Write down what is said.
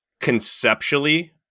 Conceptually